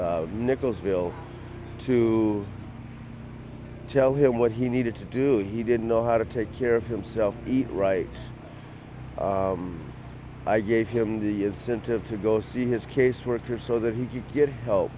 time nichols hill to tell him what he needed to do he didn't know how to take care of himself eat right i gave him the incentive to go see his caseworker so that he could get help